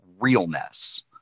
realness